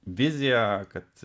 vizija kad